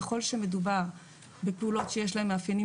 ככול שמדובר בפעולות שיש להן מאפיינים